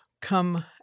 come